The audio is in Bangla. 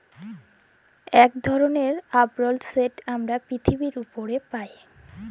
ইক ধরলের আবরল যেট আমরা পিরথিবীর উপরে পায়